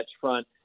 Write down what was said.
Front